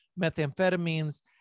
methamphetamines